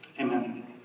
Amen